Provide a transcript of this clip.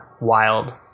wild